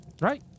Right